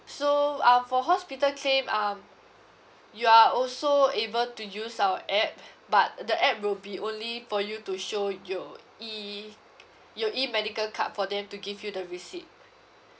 so uh for hospital claim um you are also able to use our app but the app will be only for you to show your E your E medical card for them to give you the receipt